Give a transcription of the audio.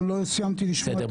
לא סיימתי לשמוע --- בסדר.